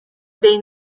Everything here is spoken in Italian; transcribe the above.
dei